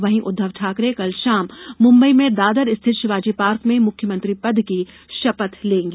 वहीं उद्वव ठाकरे कल शाम मुम्बई में दादर स्थित शिवाजी पार्क में मुख्यमंत्री पद की शपथ लेंगे